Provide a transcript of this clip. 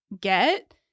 get